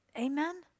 Amen